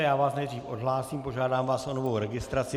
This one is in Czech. Já vás nejdřív odhlásím, požádám vás o novou registraci.